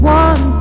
one